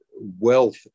wealth